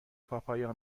پاپایا